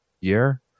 year